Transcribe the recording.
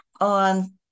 on